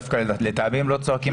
דווקא לטעמי הם לא צועקים מספיק.